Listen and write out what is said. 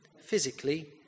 physically